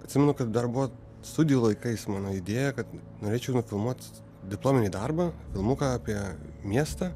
atsimenu kad dar buvo studijų laikais mano idėja kad norėčiau nufilmuot diplominį darbą filmuką apie miestą